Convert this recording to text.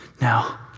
Now